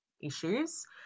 issues